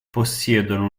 possiedono